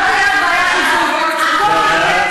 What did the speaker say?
לא תהיה לך בעיה של, הכול יהיה בול מצוין בשבילך.